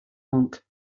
monk